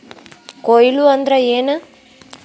ಕೊಯ್ಲು ಅಂದ್ರ ಏನ್?